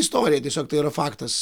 istorija tiesiog tai yra faktas